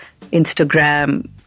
Instagram